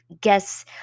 guess